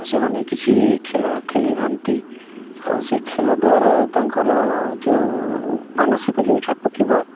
ସେମାନେ କିଛି ଖେଲ ଖେଲିଥାନ୍ତି ଆଉ ସେହି ଖେଲ ଦ୍ଵାରା ତାଙ୍କର ଯେଉଁ ମାନସିକ ଯେଉଁ ଚାପ ଥିବ